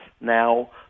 now